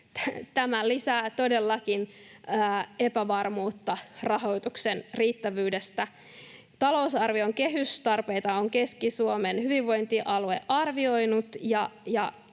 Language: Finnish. Tämä lisää todellakin epävarmuutta rahoituksen riittävyydestä. Talousarvion kehystarpeita on Keski-Suomen hyvinvointialue arvioinut,